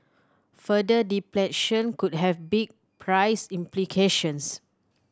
further depletion could have big price implications